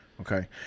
Okay